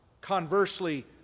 conversely